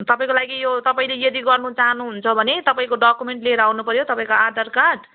तपाईँको लागि यो तपाईँले यदि गर्नु चाहनु हुन्छ भने तपाईँके डकुमेन्ट लिएर आउनुपऱ्यो तपाईँको आधार कार्ड